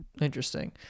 interesting